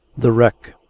the wreck